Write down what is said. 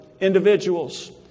individuals